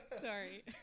Sorry